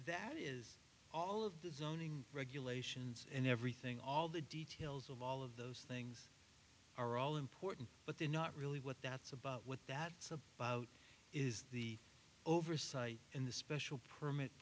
that is all of the zoning regulations and everything all the details of all of those things are all important but they're not really what that's about what that's about is the oversight in the special permit